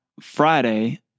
Friday